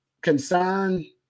concern